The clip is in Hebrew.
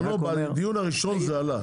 בזמנו, בדיון הראשון זה עלה.